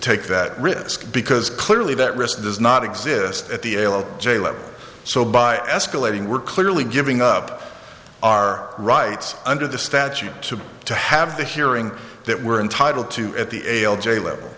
take that risk because clearly that risk does not exist at the l o j level so by escalating we're clearly giving up our rights under the statute to have the hearing that we're entitled to at the ale j level